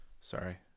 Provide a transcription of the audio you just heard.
Sorry